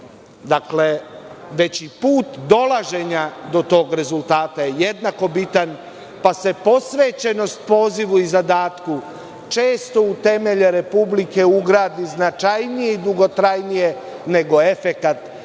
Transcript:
već i put dolaženja do tog rezultata je jednako bitan, pa se posvećenost pozivu i zadatku često u temelje Republike ugradi značajnije i dugotrajnije nego efekat